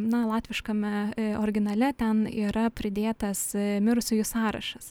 na latviškame originale ten yra pridėtas mirusiųjų sąrašas